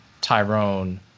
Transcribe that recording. Tyrone